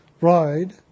ride